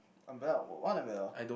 umbrell~ what umbrella